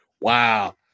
wow